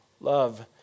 love